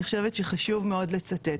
אני חושבת שחשוב מאוד לצטט